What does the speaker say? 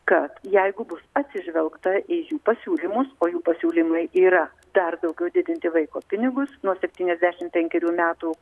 kad jeigu bus atsižvelgta į jų pasiūlymus o jų pasiūlymai yra dar daugiau didinti vaiko pinigus nuo septyniasdešim penkerių metų